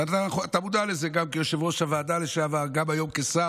ואתה מודע לזה גם כיושב-ראש הוועדה לשעבר וגם היום כשר.